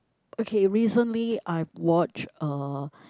okay recently I watched uh